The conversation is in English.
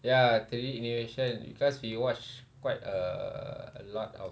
ya three D innovation because we we watch quite a a lot of